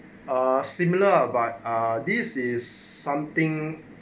a similar but ah this is something